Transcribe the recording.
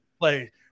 play